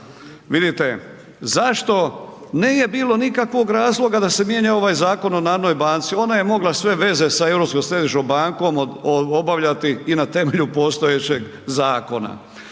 Vidite zašto nije bilo nikakvog razloga da se mijenja ovaj Zakon o narodnoj banci ona je mogla sve veze za Europskom središnjom bankom obavljati i na temelju postojećeg zakona.